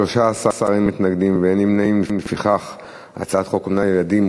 ההצעה להעביר את הצעת חוק אומנה לילדים,